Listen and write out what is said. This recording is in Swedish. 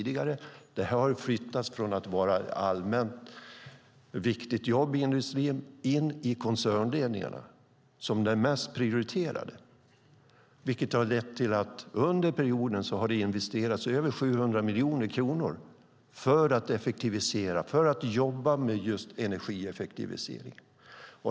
Från att ha varit ett allmänt viktigt jobb i industrin har detta flyttats in i koncernledningarna som det mest prioriterade, vilket har lett till att det under perioden har investerats över 700 miljoner kronor i energieffektivisering.